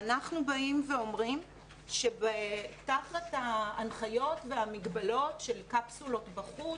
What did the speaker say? ואנחנו באים ואומרים שתחת ההנחיות והמגבלות של קפסולות בחוץ,